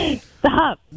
Stop